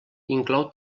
inclou